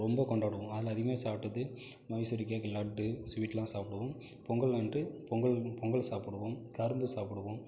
ரொம்ப கொண்டாடுவோம் அதில் அதிகமாக சாப்பிட்டது மைசூர் கேக் லட்டு ஸ்வீட்லாம் சாப்பிடுவோம் பொங்கல் அன்று பொங்கல் பொங்கல் சாப்பிடுவோம் கரும்பு சாப்பிடுவோம்